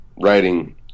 writing